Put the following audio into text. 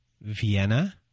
Vienna